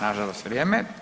Nažalost vrijeme.